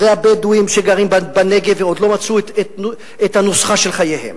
הבדואים שגרים בנגב ועוד לא מצאו את הנוסחה של חייהם,